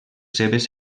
seves